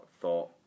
thought